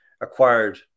acquired